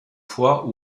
fois